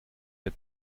der